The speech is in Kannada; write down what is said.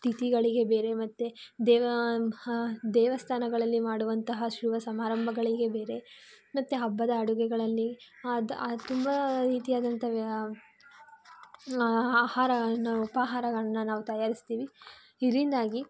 ತಿಥಿಗಳಿಗೆ ಬೇರೆ ಮತ್ತು ದೇವಸ್ಥಾನಗಳಲ್ಲಿ ಮಾಡುವಂತಹ ಶುಭಸಮಾರಂಭಗಳಿಗೆ ಬೇರೆ ಮತ್ತು ಹಬ್ಬದ ಅಡುಗೆಗಳಲ್ಲಿ ಆದ ಅದು ತುಂಬ ರೀತಿಯಾದಂತಹ ಆಹಾರ ನಾವು ಉಪಹಾರಗಳನ್ನ ನಾವು ತಯಾರಿಸ್ತೀವಿ ಇದರಿಂದಾಗಿ